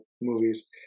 movies